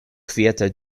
kviete